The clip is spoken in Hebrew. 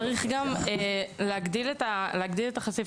צריך גם להגדיל את החשיפה.